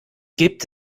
gibt